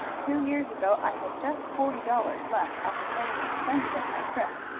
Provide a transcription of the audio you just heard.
two years ago, i had just forty dollars left after paying the expenses of my trip.